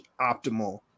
optimal